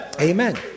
Amen